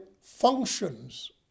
functions